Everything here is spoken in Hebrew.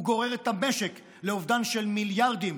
הוא גורר את המשק לאובדן של מיליארדים,